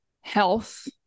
health